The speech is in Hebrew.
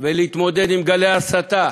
ולהתמודד עם גלי הסתה